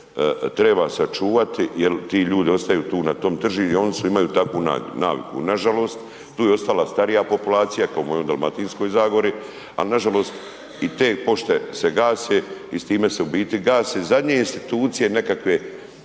treba sačuvati jel ti ljudi ostaju tu na tom tržištu i oni imaju takvu naviku. Nažalost, tu je ostala starija populacija kao i u mojoj Dalmatinskoj Zagori, al nažalost i te pošte se gase i s time se u biti gase zadnje institucije nekakve,